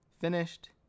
finished